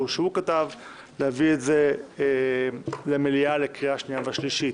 שהוא כתב להביא את זה למליאה לקריאה השנייה והשלישית.